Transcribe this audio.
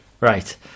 Right